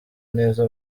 neza